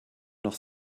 noch